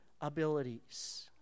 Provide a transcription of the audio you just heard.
abilities